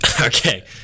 Okay